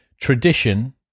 Tradition